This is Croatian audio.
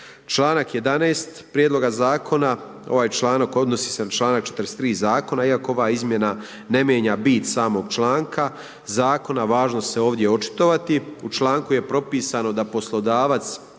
Članak 11. Prijedloga zakona, ovaj članak odnosi se na čl. 43. Zakona, iako ova izmjena ne mijenja bit samoga članka zakona, važno se ovdje očitovati. U članku je propisano da poslodavac